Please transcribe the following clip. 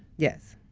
yes.